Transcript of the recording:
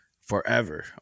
forever